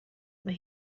mae